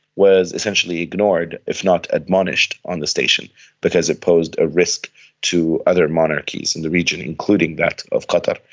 was essentially ignored, if not admonished on the station because it posed a risk to other monarchies in the region, including that of qatar.